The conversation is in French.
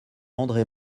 andré